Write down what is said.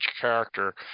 character